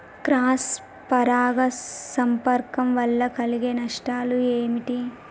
Cross పరాగ సంపర్కం వల్ల కలిగే నష్టాలు ఏమిటి?